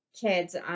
kids